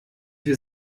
wir